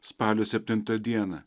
spalio septintą dieną